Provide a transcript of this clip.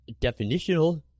definitional